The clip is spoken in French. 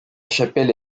chapelle